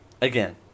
Again